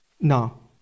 No